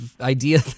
idea